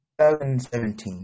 2017